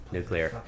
Nuclear